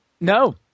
No